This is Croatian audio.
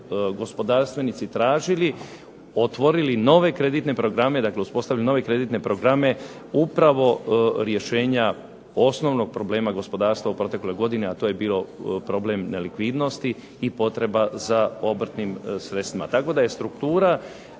gospodarstvenici tražili otvorili nove kreditne programe, dakle uspostavili nove kreditne programe upravo rješenja osnovnog problema gospodarstva u protekloj godini, a to je bio problem nelikvidnosti i potreba za obrtnim sredstvima. Tako da je struktura